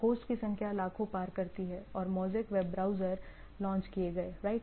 host की संख्या लाखों पार करती है और मोज़ेक वेब ब्राउज़र लॉन्च किए गए राइट